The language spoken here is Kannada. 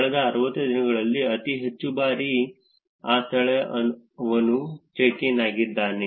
ಕಳೆದ 60 ದಿನಗಳಲ್ಲಿ ಅತಿ ಹೆಚ್ಚು ಬಾರಿ ಆ ಸ್ಥಳದಲ್ಲಿ ಅವನು ಚೆಕ್ ಇನ್ ಆಗಿದ್ದಾನೆ